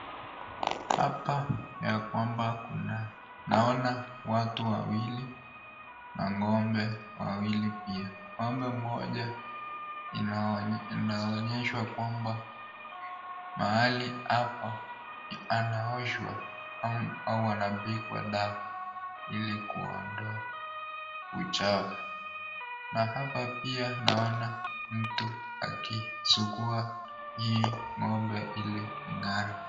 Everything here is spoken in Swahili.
Hapa ya kwamba naona watu wawili na ng'ombe wawili pia, ng'ombe mmoja inaonesha kwamba mahali hapa anaoshwa ama anapigwa dawa ili kuondoa uchafu, Na hapa pia naona mtu akisugua hii ng'ombe ili ing'are.